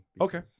okay